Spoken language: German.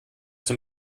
zum